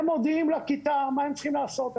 הם מודיעים לכיתה מה הם צריכים לעשות.